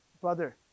brother